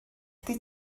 ydy